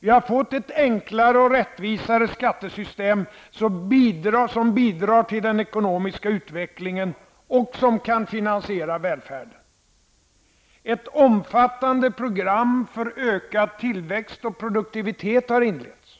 Vi har fått ett enklare och rättvisare skattesystem som bidrar till den ekonomiska utvecklingen och som kan finansiera välfärden. Ett omfattande program för ökad tillväxt och produktivitet har inletts.